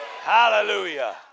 Hallelujah